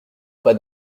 pas